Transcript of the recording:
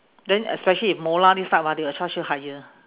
then especially if molar this type ah they will charge you higher